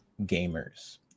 gamers